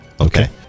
Okay